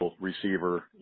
receiver